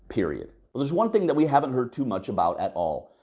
period. but there's one thing that we haven't heard too much about at all.